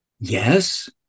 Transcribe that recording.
yes